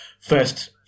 first